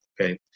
okay